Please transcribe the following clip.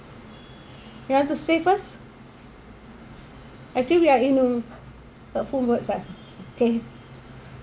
you want to say first actually we are in okay